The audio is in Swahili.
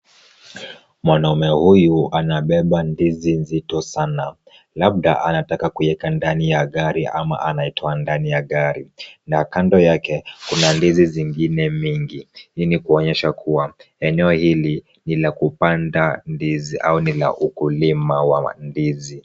Mwanaume huyu anabeba ndizi nzito sana, labda anataka kuweka ndani ya gari ama anaitoa ndani ya gari, na kando yake kuna ndizi zingine mingi . Hii ni kuonyesha kuwa eneo hili ni la kupanda ndizi au ni la ukulima wa ndizi.